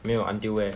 没有 until where